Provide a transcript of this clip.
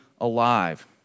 alive